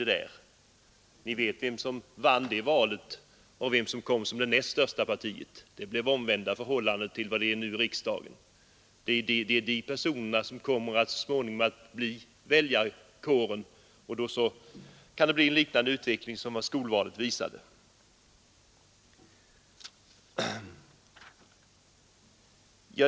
Vi vet vilket parti som vann det valet och vilket parti som blev näst störst. Det blev omvända förhållanden jämfört med dem vi nu har i riksdagen. Det är dessa personer som så småningom kommer att utgöra väljarkåren, och då kan det bli en sådan utveckling som skolvalet visade.